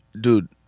Dude